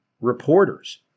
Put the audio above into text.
reporters